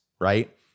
right